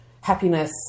happiness